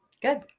Good